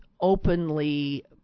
openly